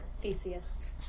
Theseus